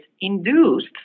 induced